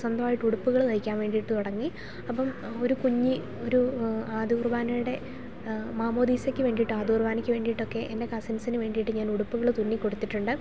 സ്വന്തമായിട്ട് ഉടുപ്പുകൾ തയ്ക്കാൻ വേണ്ടിയിട്ട് തുടങ്ങി അപ്പം ഒരു കുഞ്ഞി ഒരു ആദ്യ കുർബാനയുടെ മാമോദീസയ്ക്ക് വേണ്ടിയിട്ട് ആദ്യ കുർബാനയ്ക്ക് വേണ്ടിയിട്ടൊക്കെ എൻ്റെ കസിൻസിന് വേണ്ടിയിട്ട് ഞാൻ ഉടുപ്പുകൾ തുന്നി കൊടുത്തിട്ടുണ്ട്